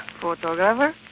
Photographer